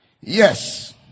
yes